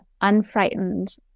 unfrightened